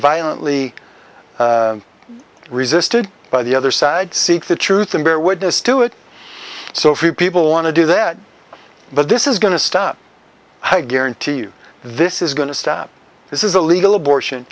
violently resisted by the other side seek the truth and bear witness to it so few people want to do that but this is going to stop i guarantee you this is going to stop this is a legal abortion